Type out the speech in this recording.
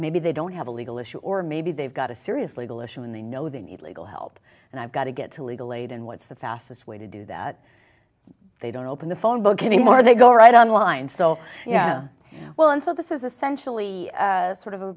maybe they don't have a legal issue or maybe they've got a serious legal issue and they know they need legal help and i've got to get to legal aid and what's the fastest way to do that they don't open the phone book anymore they go right on line so yeah well and so this is essentially sort of a